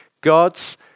God's